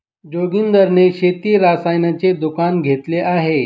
जोगिंदर ने शेती रसायनाचे दुकान घेतले आहे